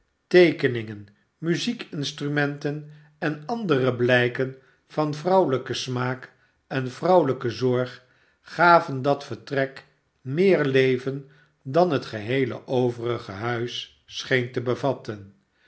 teekeningen muziekinstrumenten en andere blijken van vrouwelijke smaak en vrouwelijke zorg gaven dat vertrek meer leven dan het geheele overige huis scheen te bevatten